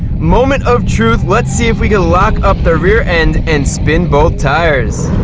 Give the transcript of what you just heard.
moment of truth, let's see if we can lock up the rear end and spin both tires.